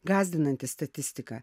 gąsdinanti statistika